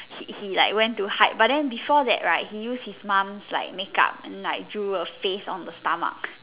he he like when to hide but then before that right he used his mom's like makeup and like drew a face on the stomach